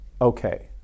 Okay